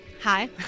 Hi